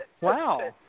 Wow